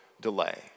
delay